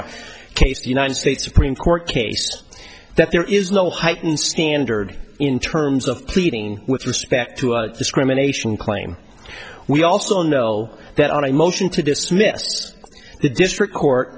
case united states supreme court case that there is no heightened standard in terms of pleading with respect to a discrimination claim we also know that on a motion to dismiss the district court